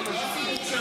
לא מתאימות.